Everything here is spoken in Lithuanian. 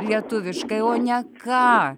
lietuviškai o ne ką